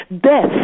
death